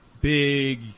big